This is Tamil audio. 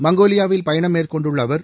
மங்கோலியாவில் பயணம் மேற்கொண்டுள்ள அவர்